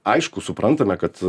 aišku suprantame kad